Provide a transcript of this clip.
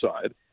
side